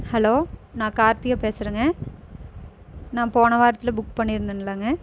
hello நான் கார்த்திகா பேசுகிறேங்க நான் போன வாரத்தில் புக் பண்ணிருந்தேன்லங்க